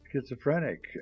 schizophrenic